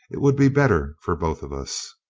it would be better for both of us.